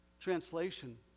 Translation